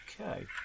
okay